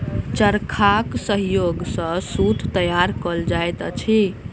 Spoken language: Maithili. चरखाक सहयोग सॅ सूत तैयार कयल जाइत अछि